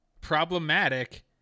problematic